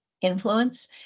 influence